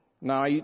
Now